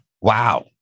Wow